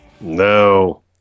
no